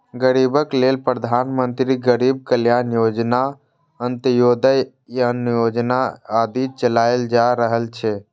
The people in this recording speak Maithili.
गरीबक लेल प्रधानमंत्री गरीब कल्याण योजना, अंत्योदय अन्न योजना आदि चलाएल जा रहल छै